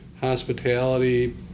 hospitality